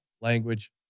language